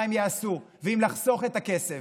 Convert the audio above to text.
מה הם יעשו ואם לחסוך את הכסף.